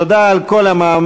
תודה על כל המאמץ,